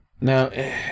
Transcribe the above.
Now